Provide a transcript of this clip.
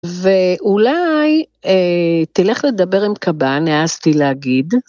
ואולי תלך לדבר עם קב"ן, העזתי להגיד.